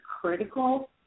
critical